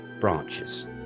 branches